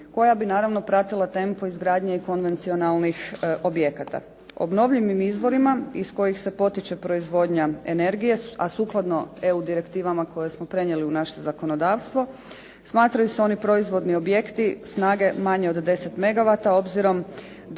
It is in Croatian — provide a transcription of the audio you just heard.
koja bi naravno pratila tempo izgradnje konvencionalnih objekata. Obnovljivim izvorima kojima se potiče proizvodnja energije a sukladno EU direktivama koje smo prenijeli u naše zakonodavstvo smatraju se oni proizvodni objekti snage manje od 10 mega vata obzirom da